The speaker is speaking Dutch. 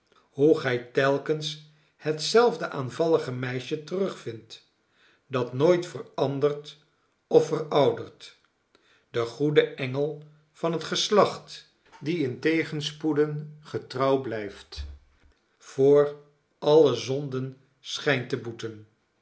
hoe gij telkens hetzelfde aanvallige meisje terugvindt dat nooit verandert of veroudert de goede engel van het geslacht die in tegenspoeden getrouw blijft voor alle zonden schijnt te boeten